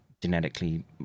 genetically